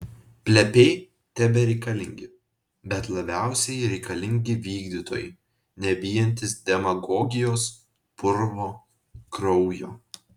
plepiai tebereikalingi bet labiausiai reikalingi vykdytojai nebijantys demagogijos purvo kraujo